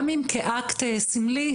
גם אם כאקט סימלי,